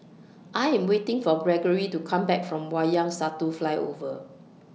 I Am waiting For Gregory to Come Back from Wayang Satu Flyover